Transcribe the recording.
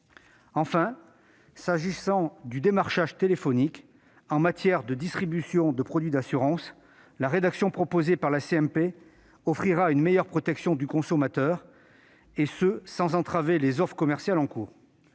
Enfin, s'agissant du démarchage téléphonique en matière de distribution de produits d'assurance, la rédaction proposée par la commission mixte paritaire offrira une meilleure protection du consommateur, sans entraver les offres commerciales en cours.